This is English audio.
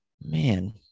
Man